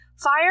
Fire